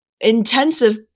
intensive